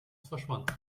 verschwand